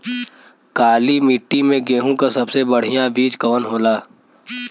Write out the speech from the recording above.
काली मिट्टी में गेहूँक सबसे बढ़िया बीज कवन होला?